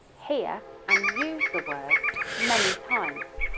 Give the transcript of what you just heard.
hear, and use the word many times.